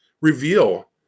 reveal